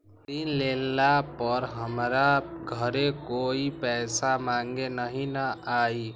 ऋण लेला पर हमरा घरे कोई पैसा मांगे नहीं न आई?